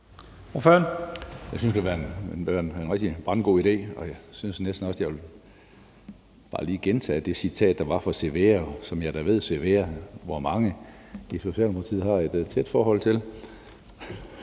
Jeg synes, det vil være en rigtig og brandgod idé, og jeg synes næsten også, at jeg bare lige vil gentage det citat, der var fra Cevea, og hvor jeg da ved, at mange i Socialdemokratiet har et tæt forhold til